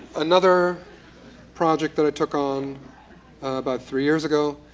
another project that i took on about three years ago,